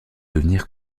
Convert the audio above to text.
devenir